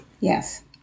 Yes